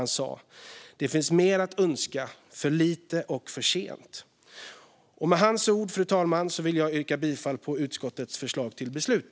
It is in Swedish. Han sammanfattade det bra: "För lite och för sent." Med de orden, fru talman, yrkar jag bifall till utskottets förslag till beslut.